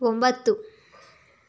ಒಂಬತ್ತು